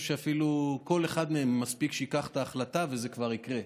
ואפילו מספיק שכל אחד מהם ייקח את ההחלטה וזה כבר יקרה,